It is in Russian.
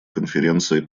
конференции